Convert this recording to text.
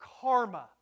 karma